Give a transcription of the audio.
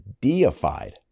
deified